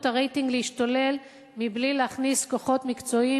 הרייטינג להשתולל מבלי להכניס כוחות מקצועיים,